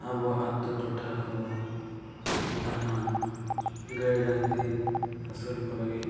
ᱟᱵᱚ ᱟᱹᱛᱩ ᱴᱚᱴᱷᱟ ᱠᱚᱫᱚ ᱡᱟᱦᱟᱸ ᱜᱟᱹᱭ ᱰᱟᱝᱨᱤ ᱟᱹᱥᱩᱞ ᱠᱚ ᱞᱟᱹᱜᱤᱫ